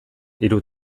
hiru